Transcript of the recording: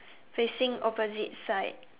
facing opposite side